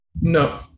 No